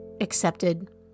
accepted